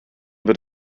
wird